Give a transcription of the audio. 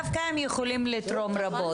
דווקא הם יכולים לתרום רבות,